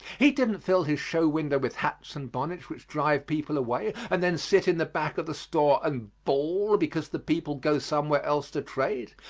he didn't fill his show window with hats and bonnets which drive people away and then sit in the back of the store and bawl because the people go somewhere else to trade.